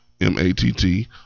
m-a-t-t